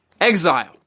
Exile